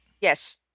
Yes